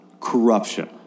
corruption